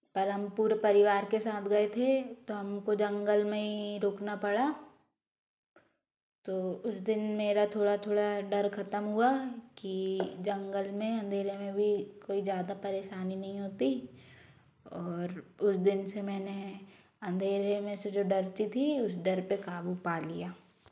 पर हम पूरे परिवार के साथ गए थे तो हम को जंगल में ही रुकना पड़ा तो उस दिन मेरा थोड़ा थोड़ा डर खत्म हुआ की जंगल में अंधेरे में भी कोई ज़्यादा परेशानी नहीं होती और उस दिन से मैंने अंधेरे में से जो डरती थी उस डर पे काबू पा लिया